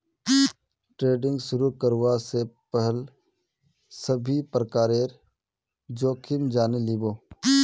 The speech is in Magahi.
ट्रेडिंग शुरू करवा स पहल सभी प्रकारेर जोखिम जाने लिबो